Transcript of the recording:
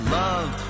love